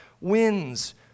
wins